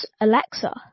Alexa